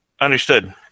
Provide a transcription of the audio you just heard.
Understood